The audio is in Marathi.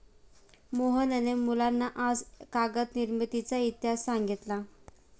मोहनने मुलांना आज कागद निर्मितीचा इतिहास सांगितला